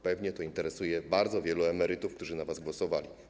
Pewnie to interesuje bardzo wielu emerytów, którzy na was głosowali.